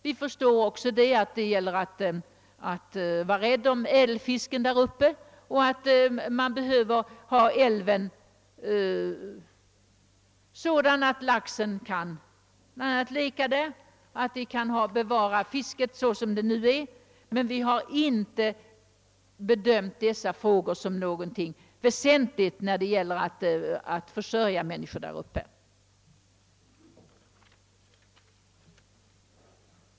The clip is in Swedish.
Vi förstår också, att det är nödvändigt att vara rädd om älvfisket och att älven exempelvis måste vara sådan, att laxen kan leka där. Men vi har inte bedömt dessa frågor som väsentliga för försörjningen för människorna där uppe.